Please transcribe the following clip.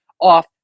off